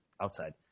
outside